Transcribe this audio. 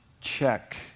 check